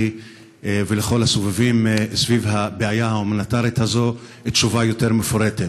ולכל הסובבים סביב הבעיה ההומניטרית הזאת תשובה יותר מפורטת,